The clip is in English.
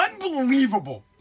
Unbelievable